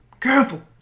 careful